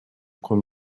коем